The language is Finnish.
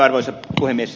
arvoisa puhemies